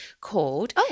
called